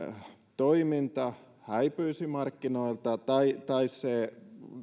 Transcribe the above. toiminta häipyisi markkinoilta tai tai se